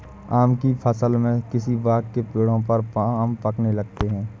आम की फ़सल में किसी बाग़ के पेड़ों पर आम पकने लगते हैं